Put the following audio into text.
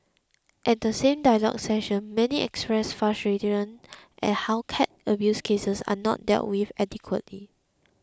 at the same dialogue session many expressed frustration at how cat abuse cases are not dealt with adequately